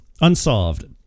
Unsolved